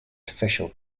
official